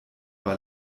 war